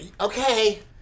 okay